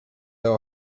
veu